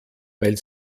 weil